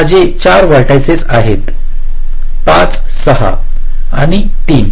ते माझे 4 व्हर्टिसिस आहेत 5 6 आणि 3